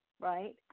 right